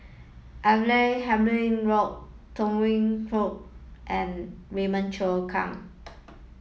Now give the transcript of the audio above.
Abdul Halim Haron Tham Yui Kai and Raymond Kang